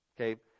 Okay